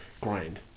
grind